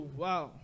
wow